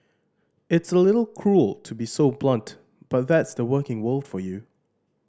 it's a little cruel to be so blunt but that's the working world for you